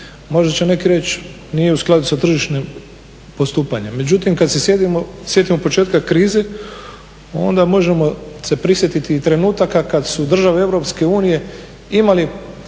Možda će neki reći nije u skladu sa tržišnim postupanjem. Međutim, kad se sjetimo početka krize onda možemo se prisjetiti i trenutaka kad su države EU imali